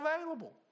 available